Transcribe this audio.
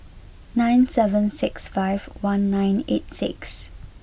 nine seven six five one nine eight six